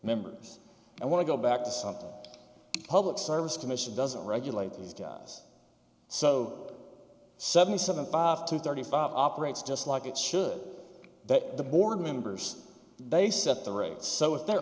members i want to go back to something public service commission doesn't regulate these guys so seventy seven five to thirty five operates just like it should that the board members they set the rates so if they're